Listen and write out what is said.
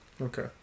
Okay